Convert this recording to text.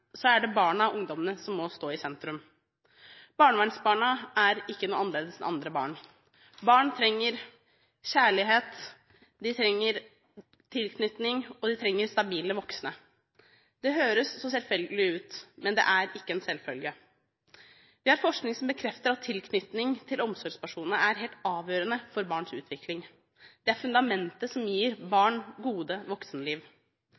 så selvfølgelig ut, men det er ikke en selvfølge. Det er forskning som bekrefter at tilknytning til omsorgspersonene er helt avgjørende for barns utvikling. Det er fundamentet som gir barn gode voksenliv.